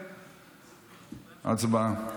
הצבעה.